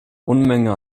unmenge